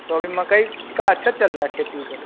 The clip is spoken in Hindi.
तो अभी मकई का अच्छा चल रहा है खेती उधर